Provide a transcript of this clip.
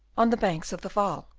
on the banks of the waal.